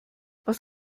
was